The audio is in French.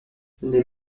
les